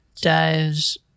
dives